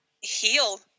heal